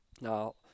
Now